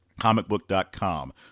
comicbook.com